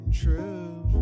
true